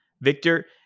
Victor